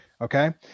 Okay